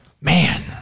Man